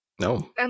No